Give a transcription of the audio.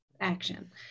action